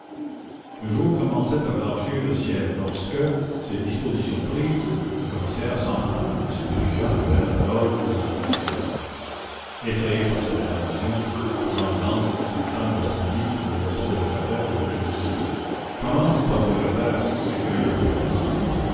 le jour commençait à blanchir le ciel lorsque ganimard ses dispositions prises sonna et se dirigea vers la loge de la concierge effrayée par cette invasion toute tremblante cette femme répondit qu'il n'y avait pas de locataire au rez-de-chaussée comment pas de locataire